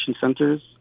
centers